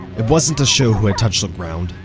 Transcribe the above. it wasn't to show who had touched the ground,